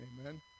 Amen